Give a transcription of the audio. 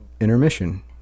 intermission